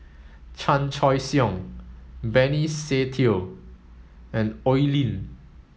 Chan Choy Siong Benny Se Teo and Oi Lin